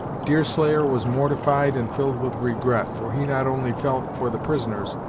deerslayer was mortified, and filled with regret, for he not only felt for the prisoners,